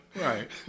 Right